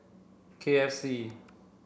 K F C